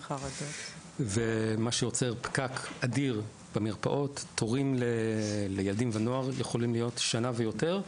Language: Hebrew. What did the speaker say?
מה שיוצר פקק אדיר במרפאות; תורים לילדים ונוער יכולים להיות שנה ויותר,